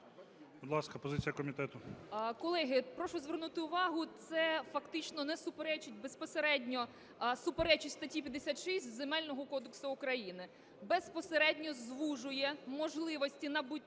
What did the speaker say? Будь ласка, позиція комітету.